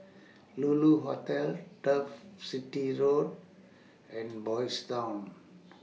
Lulu Hotel Turf City Road and Boys' Town